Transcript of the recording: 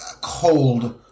cold